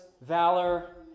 valor